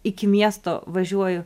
iki miesto važiuoju